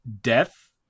death